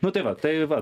nu tai va tai va